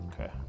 Okay